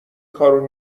کارو